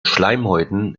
schleimhäuten